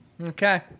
Okay